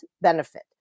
benefit